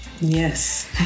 Yes